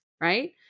right